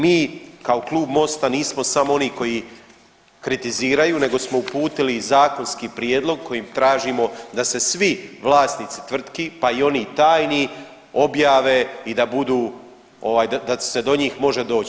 Mi kao Klub MOST-a nismo samo oni koji kritiziraju nego smo uputili i zakonski prijedlog kojim tražimo da se svi vlasnici tvrtki pa i oni tajni objave i da budu ovaj da se do njih može doći.